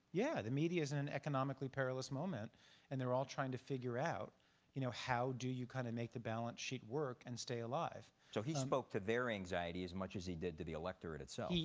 yeah, the media's in an economically perilous moment and they're all trying to figure out you know how do you kind of make the balance sheet work and stay alive. so he spoke to their anxiety as much as he did to the electorate itself.